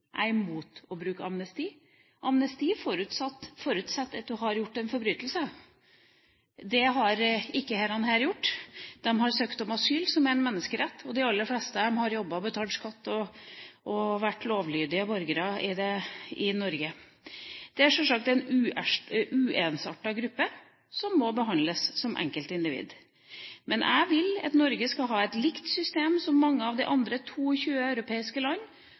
er imot å bruke amnesti. Amnesti forutsetter at man har gjort en forbrytelse. Det har ikke disse gjort. De har søkt om asyl, noe som er en menneskerett. De aller fleste av dem har jobbet og betalt skatt og vært lovlydige borgere i Norge. Det er sjølsagt en uensartet gruppe, som må behandles som enkeltindivid. Jeg vil at Norge skal ha et system som er likt systemet i mange av de 22 europeiske